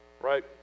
Right